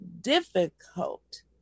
difficult